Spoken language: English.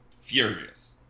furious